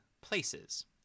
places